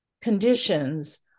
conditions